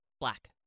Black